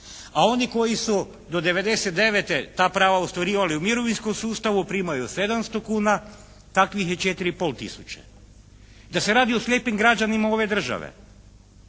a oni koji su do '99. ta prava ostvarivali u mirovinskom sustavu primaju 700 kuna takvih je 4 i pol tisuće. Da se radi o slijepim građanima ove države